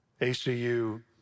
ACU